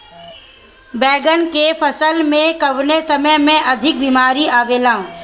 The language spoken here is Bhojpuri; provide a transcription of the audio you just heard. बैगन के फसल में कवने समय में अधिक बीमारी आवेला?